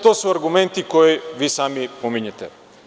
To su argumenti koje vi sami pominjete.